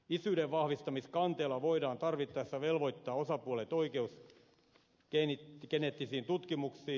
isyyden vahvistamiskanteella voidaan tarvittaessa velvoittaa osapuolet oikeusgeneettisiin tutkimuksiin